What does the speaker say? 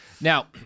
Now